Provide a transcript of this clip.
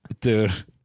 dude